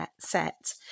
set